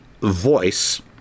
voice